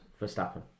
Verstappen